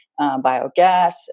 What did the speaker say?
biogas